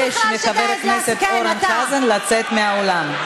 אני מבקשת מהסדרנים לבקש מחבר הכנסת אורן חזן לצאת מהאולם.